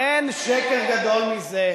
אין שקר גדול מזה.